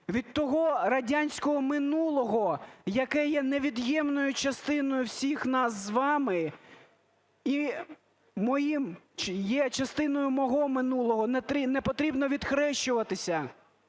від того радянського минулого, яке є невід'ємною частиною всіх нас з вами, і моїм, є частиною мого минулого, не потрібно відхрещуватися.